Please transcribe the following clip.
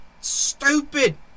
stupid